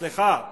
סליחה,